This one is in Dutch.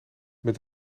met